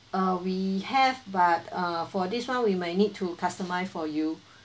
uh we have but uh for this one we may need to customize for you